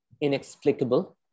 inexplicable